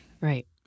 Right